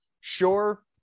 sure